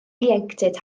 ieuenctid